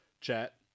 chat